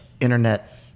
internet